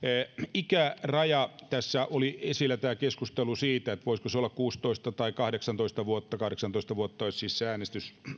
tässä oli esillä keskustelu siitä voisiko ikäraja olla kuusitoista tai kahdeksantoista vuotta kahdeksantoista vuotta olisi siis se